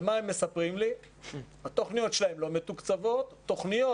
הם סיפרו לי שהתוכניות שלהם לא מתוקצבות ואילו תוכניות